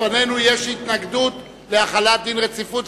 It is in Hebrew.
לפנינו יש התנגדות להחלת דין רציפות,